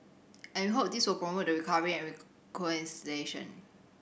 and we hope this will promote the recovery and